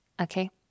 Okay